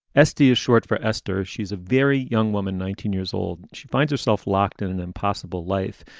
sd is short for esther. she's a very young woman, nineteen years old. she finds herself locked in an impossible life.